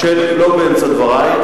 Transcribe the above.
לא באמצע דברי,